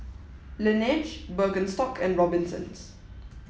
Laneige Birkenstock and Robinsons